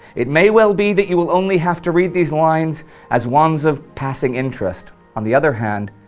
it may well be that you will only have to read these lines as ones of passing interest. on the other hand,